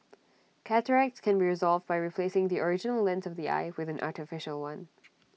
cataracts can be resolved by replacing the original lens of the eye with an artificial one